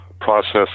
process